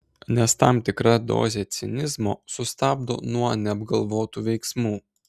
nes tam tikra dozė cinizmo sustabdo nuo neapgalvotų veiksmų